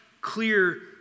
clear